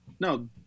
No